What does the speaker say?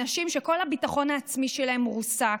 אנשים שכל הביטחון העצמי שלהם רוסק,